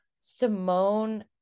Simone